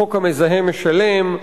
חוק המזהם משלם,